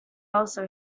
also